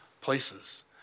places